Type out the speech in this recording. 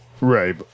Right